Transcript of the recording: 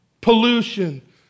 pollution